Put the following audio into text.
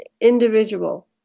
individual